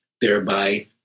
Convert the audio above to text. thereby